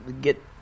get